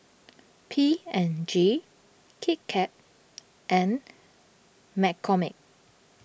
P and G Kit Kat and McCormick